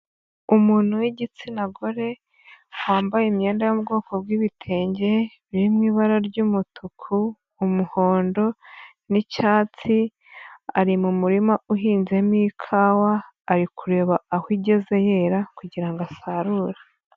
Umuntu w'igitsina gore wambaye imyenda yo mu bwoko bw'ibitenge biri mu ibara ry'umutuku, umuhondo n'icyatsi, ari mu murima uhinzemo ikawa, ari kureba aho igeze yera kugira ngo asarure.